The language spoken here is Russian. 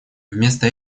вместо